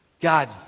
God